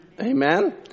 Amen